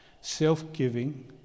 self-giving